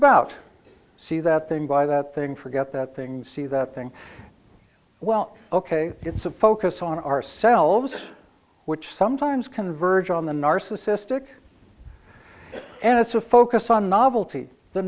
about see that thing buy that thing forget that things see that thing well ok it's a focus on ourselves which sometimes converge on the narcissistic and it's a focus on novelty the